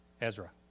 Ezra